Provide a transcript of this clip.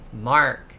Mark